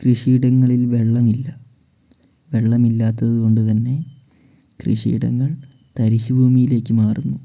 കൃഷിയിടങ്ങളിൽ വെള്ളമില്ല വെള്ളമില്ലാത്തത് കൊണ്ട് തന്നെ കൃഷിയിടങ്ങൾ തരിശ് ഭൂമിയിലേക്ക് മാറുന്നു